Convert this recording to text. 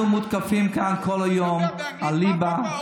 אנחנו מותקפים כאן כל היום על ליבה,